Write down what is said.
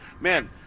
man